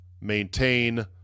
maintain